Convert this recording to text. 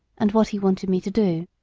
and what he wanted me to do.